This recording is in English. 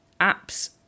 apps